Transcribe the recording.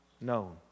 known